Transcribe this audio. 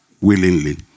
willingly